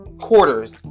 quarters